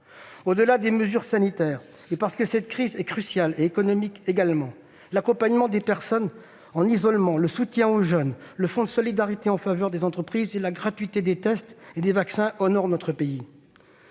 Au-delà des mesures sanitaires et parce que cette crise est sociale et économique également, l'accompagnement des personnes en isolement, le soutien aux jeunes, le fonds de solidarité en faveur des entreprises et la gratuité des tests et des vaccins honorent notre pays.